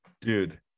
Dude